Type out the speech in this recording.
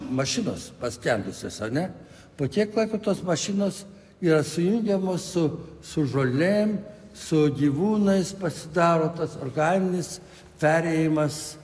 mašinos paskendusios ar ne po kiek laiko tos mašinos yra sujungiamos su su žolėm su gyvūnais pasidaro tas organinis perėjimas